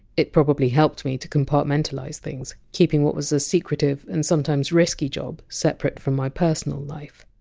it probably helped me to compartmentalise things, keeping what was a secretive and sometimes risky job separate from my personal life.